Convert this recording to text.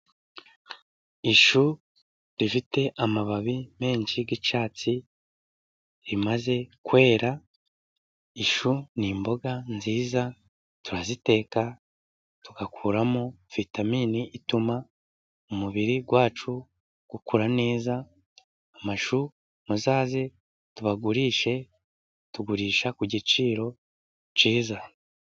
Ishu rifite amababi menshi y'icyatsi rimaze kwera, ishu n'imboga nziza turaziteka tugakuramo vitaminini ituma umubiri wacu ukura neza, amashu muzaze tubagurishe tugurisha ku giciro cyiza.